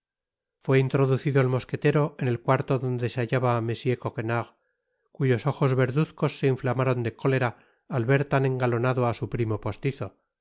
fué introducido el mosquetero en el cuarto donde se hallaba m coquenard cuyos ojos verduzcos se inflamaron de cólera al ver tan engalonado á su primo postizo